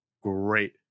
great